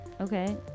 okay